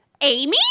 Amy